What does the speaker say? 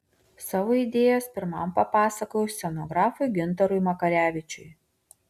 savo idėjas pirmam papasakojau scenografui gintarui makarevičiui